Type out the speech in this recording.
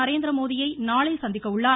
நரேந்திரமோடியை நாளை சந்திக்க உள்ளார்